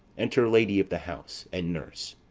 enter lady of the house and nurse.